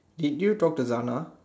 did you talk to Janna